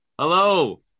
hello